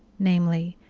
namely,